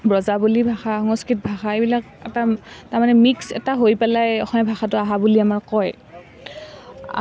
ব্ৰজাৱলী ভাষা সংস্কৃত ভাষা এইবিলাক এটা তাৰমানে মিক্স এটা হৈ পেলাই অসমীয়া ভাষাটো অহা বুলি আমাক কয়